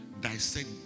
dissect